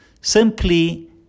Simply